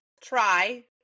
try